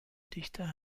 dichter